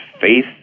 faith